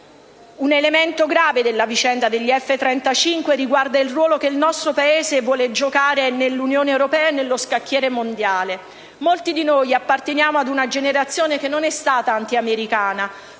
Un elemento grave della vicenda F-35 riguarda il ruolo che il nostro Paese vuole giocare nell'Unione europea e nello scacchiere mondiale. Molti di noi appartengono ad una generazione che non è stata antiamericana,